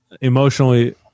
emotionally